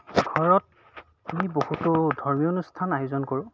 ঘৰত আমি বহুতো ধৰ্মীয় অনুষ্ঠান আয়োজন কৰোঁ